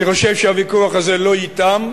אני חושב שהוויכוח הזה לא ייתם.